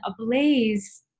ablaze